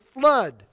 flood